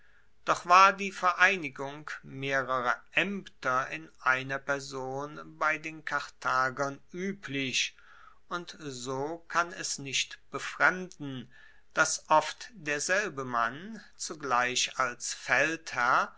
doch war die vereinigung mehrerer aemter in einer person bei den karthagern ueblich und so kann es nicht befremden dass oft derselbe mann zugleich als feldherr